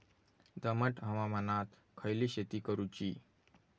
दमट हवामानात खयली शेती करूची?